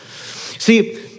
See